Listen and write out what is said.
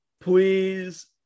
Please